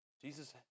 Jesus